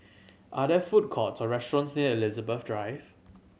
are there food court or restaurants near Elizabeth Drive